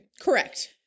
Correct